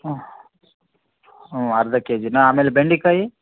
ಹ್ಞೂ ಹ್ಞೂ ಅರ್ಧ ಕೆ ಜಿನಾ ಆಮೇಲೆ ಬೆಂಡೆಕಾಯಿ